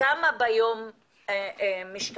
כמה ביום משתמשים.